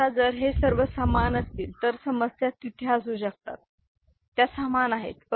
आता जर ते सर्व समान असतील तर समस्या तिथे असू शकतात त्या समान आहेत